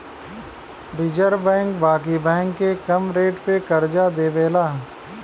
reserve bank बाकी bank के कम रेट पे करजा देवेला